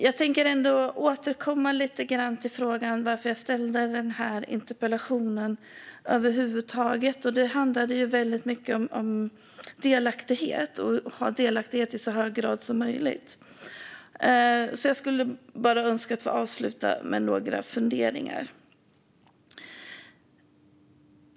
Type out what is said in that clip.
Jag tänker återkomma lite grann till varför jag ställde den här interpellationen över huvud taget. Det handlar väldigt mycket om delaktighet och om att ha delaktighet i så hög grad som möjligt. Jag skulle därför önska att få avsluta med några funderingar.